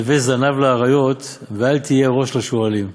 והווי זנב לאריות ואל תהי ראש לשועלים.